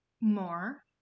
more